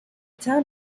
town